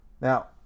Now